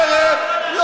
בערב,